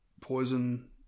poison